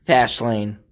Fastlane